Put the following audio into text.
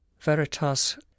veritas